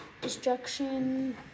destruction